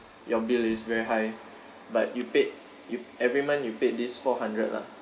your bill is very high but you paid you every month you paid this four hundred lah